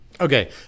Okay